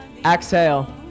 Exhale